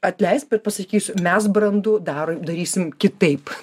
atleisk bet pasakysiu mes brandu darom darysim kitaip